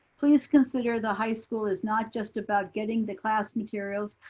please consider the high school is not just about getting the class materials,